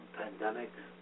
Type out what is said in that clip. pandemics